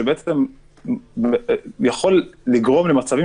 שבעצם יכול לגרום מצבים